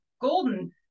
golden